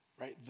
Right